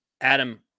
Adam